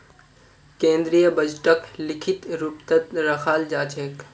केन्द्रीय बजटक लिखित रूपतत रखाल जा छेक